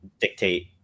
dictate